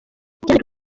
diane